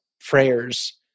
prayers